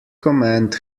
command